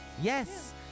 Yes